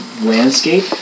landscape